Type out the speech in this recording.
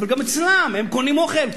אבל גם אצלם, הם קונים אוכל.